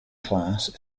class